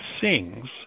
sings